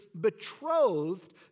betrothed